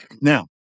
Now